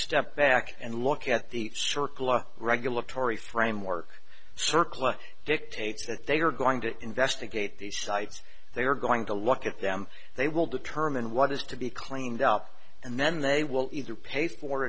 step back and look at the circle our regulatory framework circling dictates that they are going to investigate these sites they are going to look at them they will determine what is to be cleaned up and then they will either pay for